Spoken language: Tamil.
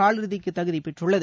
காலிறுதிக்கு தகுதி பெற்றுள்ளது